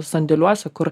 sandėliuose kur